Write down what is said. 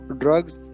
drugs